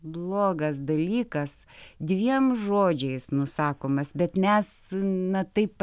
blogas dalykas dviem žodžiais nusakomas bet mes na taip